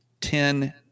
ten